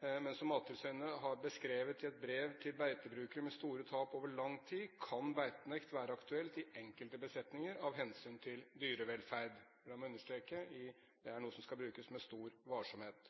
men som Mattilsynet har beskrevet i et brev til beitebrukere med store tap over lang tid, kan beitenekt være aktuelt i enkelte besetninger av hensyn til dyrevelferd. La meg understreke – det er noe som skal brukes med stor varsomhet.